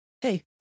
hey